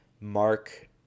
Mark